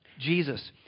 Jesus